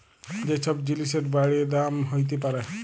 যে ছব জিলিসের বাইড়ে দাম হ্যইতে পারে